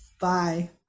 Bye